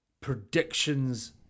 predictions